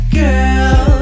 girl